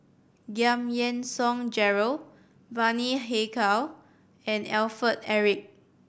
Giam Yean Song Gerald Bani Haykal and Alfred Eric